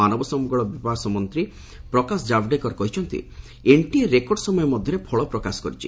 ମାନବ ସମ୍ଭଳ ବିକାଶ ମନ୍ତ୍ରୀ ପ୍ରକାଶ ଜାୱଡେକର କହିଛନ୍ତି ଏନ୍ଟିଏ ରେକର୍ଡ ସମୟ ମଧ୍ୟରେ ଫଳ ପ୍ରକାଶ କରିଛି